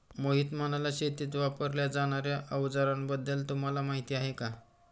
मोहित म्हणाला, शेतीत वापरल्या जाणार्या अवजारांबद्दल तुम्हाला माहिती आहे का?